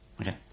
okay